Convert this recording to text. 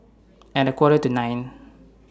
At A Quarter to nine